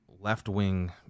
left-wing